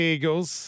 Eagles